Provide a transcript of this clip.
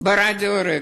ברדיו רק"ע,